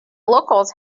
locals